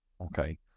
okay